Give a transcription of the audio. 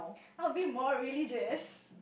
a bit more religious